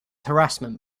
harassment